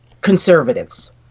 conservatives